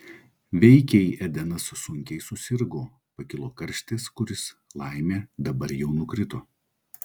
veikiai edenas sunkiai susirgo pakilo karštis kuris laimė dabar jau nukrito